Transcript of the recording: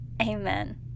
Amen